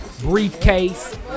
briefcase